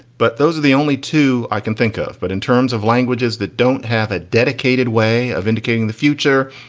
but those are the only two i can think of. but in terms of languages that don't have a dedicated way of indicating the future,